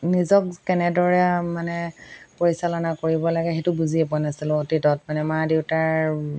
নিজক কেনেদৰে মানে পৰিচালনা কৰিব লাগে সেইটো বুজিয়ে পোৱা নাছিলোঁ অতীতত মানে মা দেউতাৰ